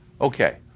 okay